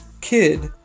kid